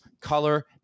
color